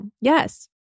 Yes